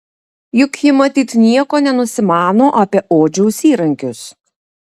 juk ji matyt nieko nenusimano apie odžiaus įrankius